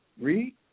Read